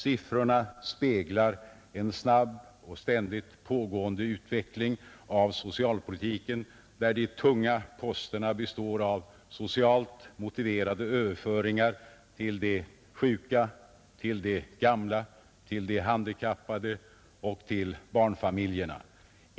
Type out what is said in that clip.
Siffrorna speglar en snabb och ständigt pågående utveckling av socialpolitiken, där de tunga posterna består av socialt motiverade överföringar till de sjuka, till de gamla, till de handikappade och till barnfamiljerna.